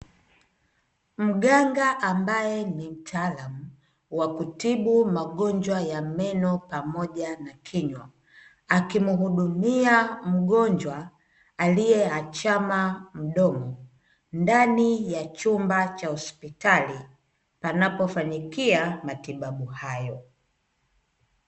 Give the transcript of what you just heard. Mganga ambaye ni mtaalamu wa kutibu magonjwa ya meno pamoja na kinywa akimuhudumia mgonjwa aliye achama mdomo ndani ya chumba cha hospitali panapofanyikia matibabu hayo.